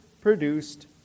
produced